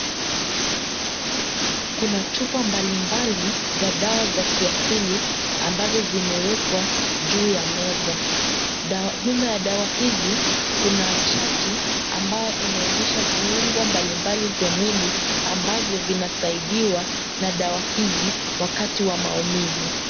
Kuna chupa mbalimbali za dawa za kiasili ambazo zimewekwa juu ya meza. Nyuma ya dawa hizi kuna chati ambayo inaonyesha viungo mbalimbali vya mwili ambavyo vinasaidiwa na dawa hizi wakati wa maumivu.